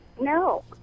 no